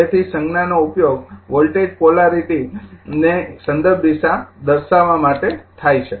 તેથી સંગ્નાનો ઉપયોગ વોલ્ટેજ પોલારિટી ની સંદર્ભ દિશા દર્શાવવા માટે થાય છે